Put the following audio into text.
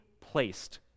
placed